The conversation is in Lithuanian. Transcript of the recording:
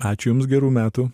ačiū jums gerų metų